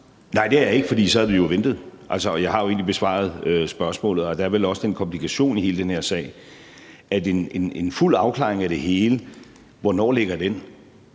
Nej, det er jeg ikke, for så havde vi jo ventet, og jeg har jo egentlig besvaret spørgsmålet. Og der er vel også den komplikation i hele den her sag, hvornår der ligger en fuld afklaring af det hele. Indtil videre